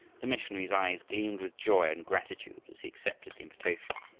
the missionary's eyes gleamed with joy and gratitude as he accepted the invitation.